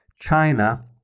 China